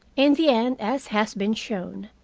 in the end, as has been shown,